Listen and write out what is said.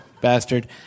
bastard